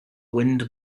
wind